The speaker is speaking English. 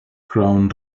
crown